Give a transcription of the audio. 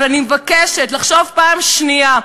אבל אני מבקשת לחשוב פעם שנייה.